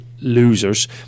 losers